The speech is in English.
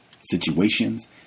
situations